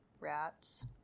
Rats